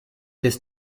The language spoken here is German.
des